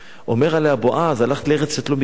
אומר עליה בועז: הלכת לארץ שאת לא מכירה,